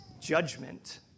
judgment